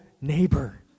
neighbor